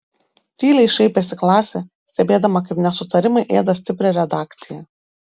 tyliai šaipėsi klasė stebėdama kaip nesutarimai ėda stiprią redakciją